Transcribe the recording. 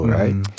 right